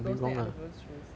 don't stand in other people's shoes